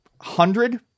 hundred